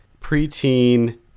preteen